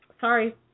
Sorry